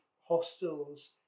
hostels